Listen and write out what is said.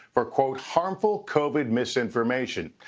for, quote, harmful covid misinformation.